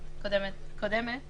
הקודמת קודמת קודמת